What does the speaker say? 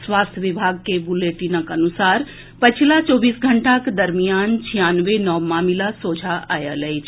स्वास्थ्य विभाग के बुलेटिनक अनुसार पछिला चौबीस घंटाक दरमियान छियानवे नव मामिला सोझा आएल अछि